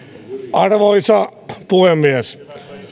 arvoisa puhemies